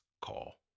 call